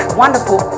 wonderful